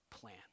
plan